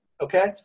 okay